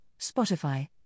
Spotify